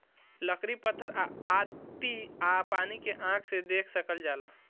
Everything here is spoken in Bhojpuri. लकड़ी पत्थर आती आ पानी के आँख से देख सकल जाला